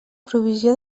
provisió